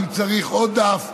ואם צריך עוד דף,